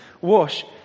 wash